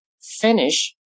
Finish